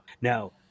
Now